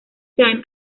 time